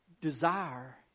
Desire